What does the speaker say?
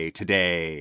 today